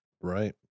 right